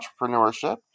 entrepreneurship